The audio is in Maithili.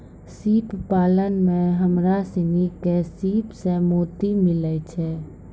सिप पालन में हमरा सिनी के सिप सें मोती मिलय छै